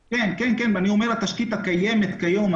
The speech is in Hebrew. התשתית הקיימת היום,